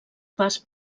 pas